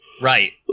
Right